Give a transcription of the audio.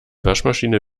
waschmaschine